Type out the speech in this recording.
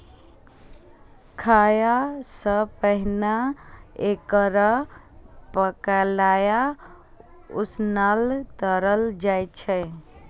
खाय सं पहिने एकरा पकाएल, उसनल, तरल जाइ छै